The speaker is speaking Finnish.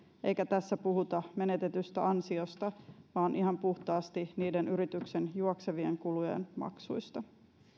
eikä tässä puhuta menetetystä ansiosta vaan ihan puhtaasti niiden yrityksen juoksevien kulujen maksuista